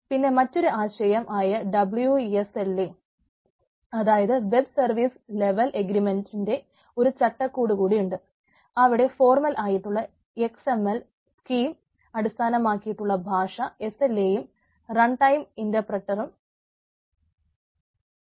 പിന്നെ മറ്റൊരു ആശയം ആയ ഡബ്ളിയു എസ് എൽ എ കാണിക്കാൻ ഉപയോഗിക്കുന്നു